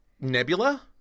Nebula